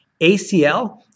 ACL